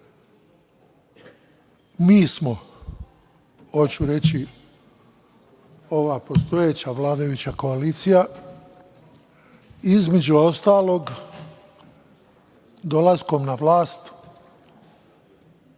mi smo, hoću reći ova postojeća vladajuća koalicija, između ostalog, dolaskom na vlast